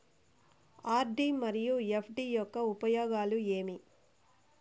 RD మరియు FD యొక్క ఉపయోగాలు ఏమి?